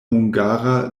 hungara